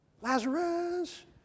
Lazarus